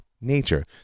nature